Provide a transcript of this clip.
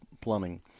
plumbing